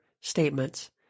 statements